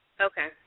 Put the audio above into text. Okay